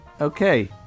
Okay